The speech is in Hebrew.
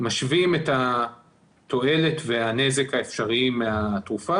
משווים את התועלת והנזק האפשריים מהתרופה